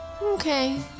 Okay